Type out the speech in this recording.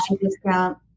discount